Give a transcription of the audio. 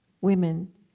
women